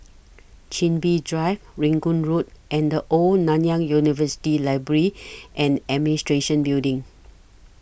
Chin Bee Drive Rangoon Road and The Old Nanyang University Library and Administration Building